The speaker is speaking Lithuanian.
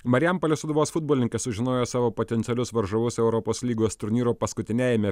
marijampolės sūduvos futbolininkai sužinojo savo potencialius varžovus europos lygos turnyro paskutiniajame